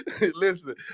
listen